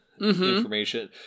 information